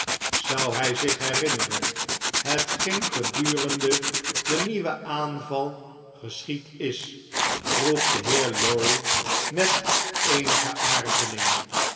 azou hjj zich herinneren hetgeen gedurende den nieuwen aanval geschied is vroeg de heer lorry met eenige